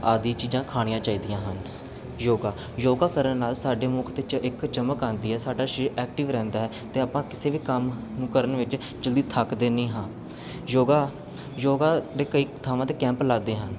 ਆਦਿ ਚੀਜ਼ਾਂ ਖਾਣੀਆਂ ਚਾਹੀਦੀਆਂ ਹਨ ਯੋਗਾ ਯੋਗਾ ਕਰਨ ਨਾਲ ਸਾਡੇ ਮੁੱਖ 'ਤੇ ਚ ਇੱਕ ਚਮਕ ਆਉਂਦੀ ਹੈ ਸਾਡਾ ਰੀਰ ਐਕਟਿਵ ਰਹਿੰਦਾ ਹੈ ਅਤੇ ਆਪਾਂ ਕਿਸੇ ਵੀ ਕੰਮ ਨੂੰ ਕਰਨ ਵਿੱਚ ਜਲਦੀ ਥੱਕਦੇ ਨਹੀਂ ਹਾਂ ਯੋਗਾ ਯੋਗਾ ਦੇ ਕਈ ਥਾਵਾਂ 'ਤੇ ਕੈਂਪ ਲੱਗਦੇ ਹਨ